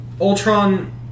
Ultron